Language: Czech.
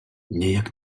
nějak